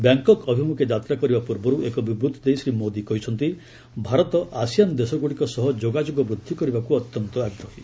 Bangkok ଅଭିମୁଖେ ଯାତ୍ରା କରିବା ପୂର୍ବରୁ ଏକ ବିବୃତ୍ତି ଦେଇ ଶ୍ରୀ ମୋଦି କହିଛନ୍ତି ଭାରତ ଆସିଆନ୍ ଦେଶଗୁଡ଼ିକ ସହ ଯୋଗାଯୋଗ ବୃଦ୍ଧି କରିବାକୁ ଅତ୍ୟନ୍ତ ଆଗ୍ରହୀ